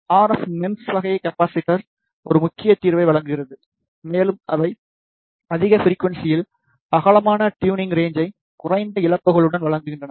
RF MEMS வகை capacitor ஒரு முக்கிய தீர்வை வழங்குகிறது மற்றும் அவை அதிக ஃபிரிக்குவன்ஸியில் அகலமான ட்யுண்ணிங் ரேன்ச்சை குறைந்த இழப்புகளுடன் வழங்குகின்றன